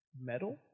metal